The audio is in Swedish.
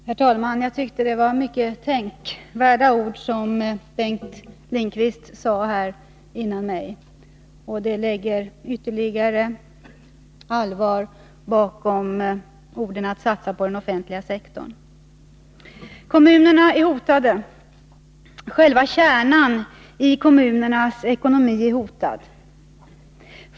Herr talman! Jag tyckte att det var mycket tänkvärda ord som Bengt Lindqvist sade här före mig, och de lägger ytterligare allvar bakom kraven att satsa på den offentliga sektorn. Kommunerna är hotade. ”Själva kärnan i kommunernas ekonomi är hotad.